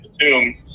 assume